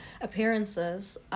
appearances